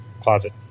closet